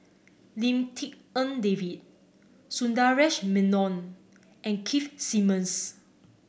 Lim Tik En David Sundaresh Menon and Keith Simmons